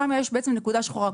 שם יש נקודה שחורה.